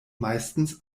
meistens